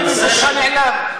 אני במקומך נעלב.